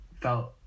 felt